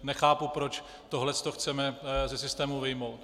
Nechápu, proč tohle to chceme ze systému vyjmout.